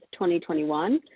2021